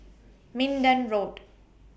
Minden Road